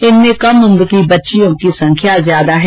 इनमें कम उम्र की बच्चियों की संख्या ज्यादा है